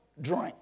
drink